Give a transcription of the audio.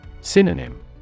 Synonym